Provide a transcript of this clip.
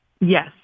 Yes